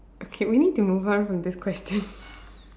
okay we need to move on from this question